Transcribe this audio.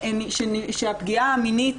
שהפגיעה המינית